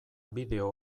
bideo